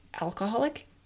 alcoholic